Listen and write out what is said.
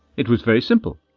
it was very simple.